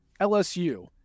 LSU